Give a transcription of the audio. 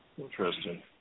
Interesting